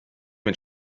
mit